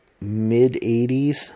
mid-80s